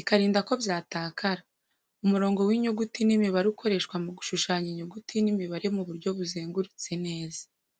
ikarinda ko byatakara. Umurongo w’inyuguti n’imibare ukoreshwa mu gushushanya inyuguti n’imibare mu buryo buzengurutse neza.